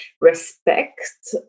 respect